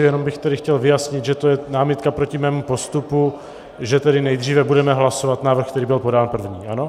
Jenom bych chtěl vyjasnit, že to je námitka proti mému postupu, že tedy nejdříve budeme hlasovat návrh, který byl podán první, ano?